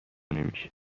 نمیشه